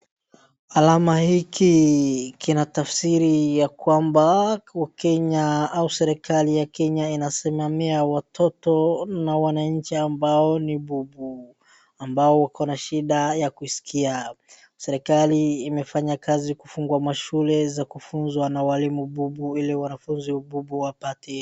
Alama hiki kinatafsiri ya kwamba Wakenya au serikali ya Kenya inasimamia watoto na wananchi ambao ni bubu, ambao wako na shida ya kuisikia. Serikali imefanya kazi kufungua mashule za kufunzwa na walimu bubu ili wanafunzi bubu wapate.